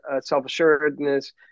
self-assuredness